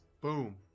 boom